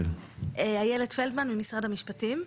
אילת פלדמן ממשרד המשפטים.